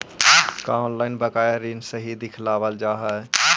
का ऑनलाइन बकाया ऋण सही दिखावाल जा हई